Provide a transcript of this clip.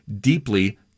deeply